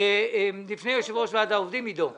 לפני יושב-ראש ועד העובדים, עידו.